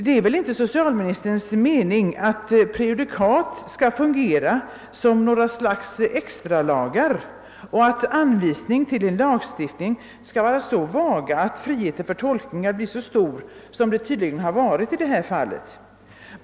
Det är väl inte socialministerns mening att prejudikat skall fungera som något slags extralagar eller att anvisningarna för en lagstiftning skall vara så vaga, att tolkningsfriheten blir så stor som den tydligen har varit i detta fall.